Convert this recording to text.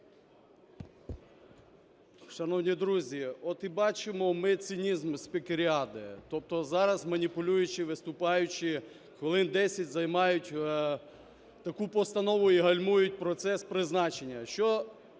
Шановні друзі, от і бачимо ми цинізм спікеріади, тобто зараз, маніпулюючи, виступаючи, хвилин 10 займають таку постанову і гальмують процес призначення. Що